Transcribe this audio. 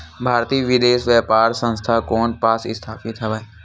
भारतीय विदेश व्यापार संस्था कोन पास स्थापित हवएं?